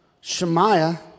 Shemaiah